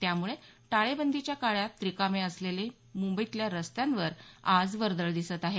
त्यामुळे टाळेबंदीच्या काळात रिकामे असलेले मुंबईतल्या रस्त्यांवर आज वर्दळ दिसत आहे